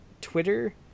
Twitter